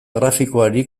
grafikoari